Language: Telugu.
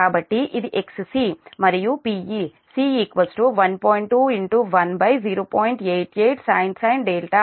కాబట్టి ఇది XC మరియు Pe C 1